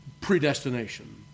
predestination